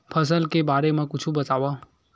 फसल के बारे मा कुछु बतावव